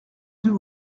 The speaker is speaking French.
deux